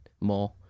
more